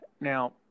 Now